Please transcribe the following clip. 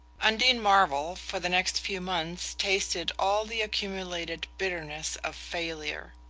undine marvell, for the next few months, tasted all the accumulated bitterness of failure.